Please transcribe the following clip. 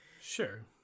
sure